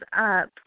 up